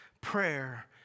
prayer